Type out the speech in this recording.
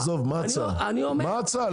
עזוב, מה ההצעה?